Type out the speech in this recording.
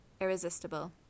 irresistible